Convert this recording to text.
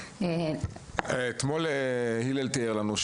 אתמול הלל תיאר לנו,